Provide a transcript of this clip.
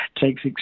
Takes